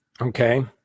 okay